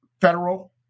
federal